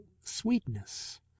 sweetness